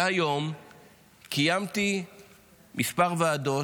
והיום קיימתי כמה ועדות.